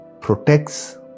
protects